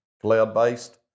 cloud-based